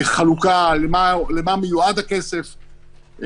חלוקה למה מיועד הכסף,